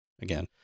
again